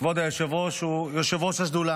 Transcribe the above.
כבוד היושב-ראש הוא יושב-ראש השדולה.